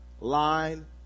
line